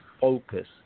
focus